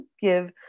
give